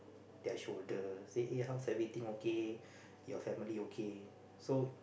their shoulder say eh how's everything okay your family okay so